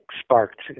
sparked